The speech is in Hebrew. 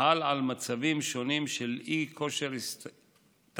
חל על מצבים שונים של אי-כושר תעסוקתי,